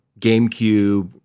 GameCube